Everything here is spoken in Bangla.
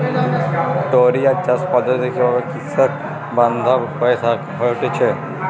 টোরিয়া চাষ পদ্ধতি কিভাবে কৃষকবান্ধব হয়ে উঠেছে?